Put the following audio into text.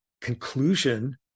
conclusion